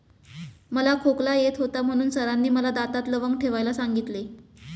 मला खोकला येत होता म्हणून सरांनी मला दातात लवंग ठेवायला सांगितले